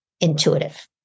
intuitive